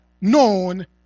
known